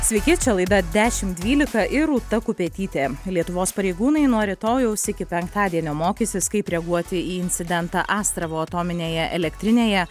sveiki čia laida dešim dvylika ir rūta kupetytė lietuvos pareigūnai nuo rytojaus iki penktadienio mokysis kaip reaguoti į incidentą astravo atominėje elektrinėje